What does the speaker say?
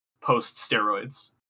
Post-steroids